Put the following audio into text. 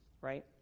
right